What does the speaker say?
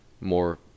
more